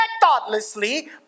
thoughtlessly